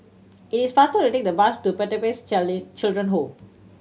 it is faster to take the bus to Pertapis Children Home